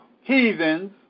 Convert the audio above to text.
heathens